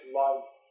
loved